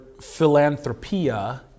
philanthropia